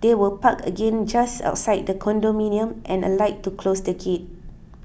they will park again just outside the condominium and alight to close the key